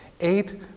eight